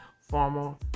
formal